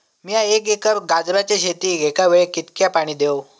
मीया एक एकर गाजराच्या शेतीक एका वेळेक कितक्या पाणी देव?